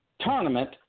tournament